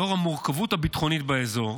לאור המורכבות הביטחונית באזור.